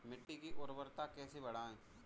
मिट्टी की उर्वरता कैसे बढ़ाएँ?